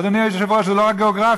אדוני היושב-ראש, זה לא רק גיאוגרפי.